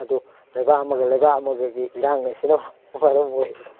ꯑꯗꯨ ꯂꯩꯕꯥꯛ ꯑꯃꯒ ꯂꯩꯕꯥꯛ ꯑꯃꯒꯒꯤ ꯏꯔꯥꯡ ꯑꯁꯤꯅ ꯃꯔꯝ ꯑꯣꯏꯍꯜꯂꯤ